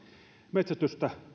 metsästystä